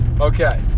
Okay